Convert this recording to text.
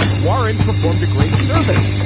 warren performed a great service,